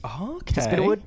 Okay